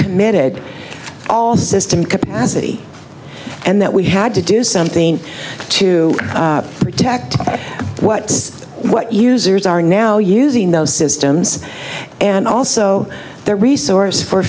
committed all system capacity and that we had to do something to protect what is what users are now using those systems and also their resources for